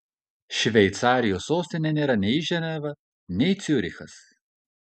šveicarijos sostinė nėra nei ženeva nei ciurichas